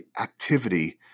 activity